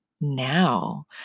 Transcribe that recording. now